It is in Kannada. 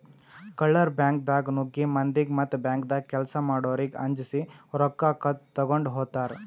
ಕಳ್ಳರ್ ಬ್ಯಾಂಕ್ದಾಗ್ ನುಗ್ಗಿ ಮಂದಿಗ್ ಮತ್ತ್ ಬ್ಯಾಂಕ್ದಾಗ್ ಕೆಲ್ಸ್ ಮಾಡೋರಿಗ್ ಅಂಜಸಿ ರೊಕ್ಕ ಕದ್ದ್ ತಗೊಂಡ್ ಹೋತರ್